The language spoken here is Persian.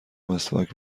مسواک